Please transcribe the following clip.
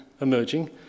emerging